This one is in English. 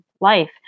life